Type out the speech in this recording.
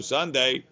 Sunday